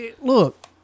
Look